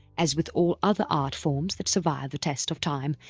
as with all other art forms that survive the test of time,